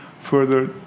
further